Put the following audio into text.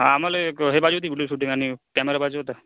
आम्हाला एक हे पाहिजे होती शूटिंग आणि कॅमेरा पाहिजे होता